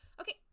Okay